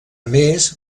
més